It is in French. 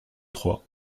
trois